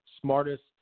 smartest